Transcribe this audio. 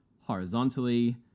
horizontally